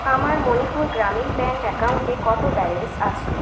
আমার মণিপুর গ্রামীণ ব্যাঙ্ক অ্যাকাউন্টে কত ব্যালেন্স আছে